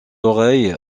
oreille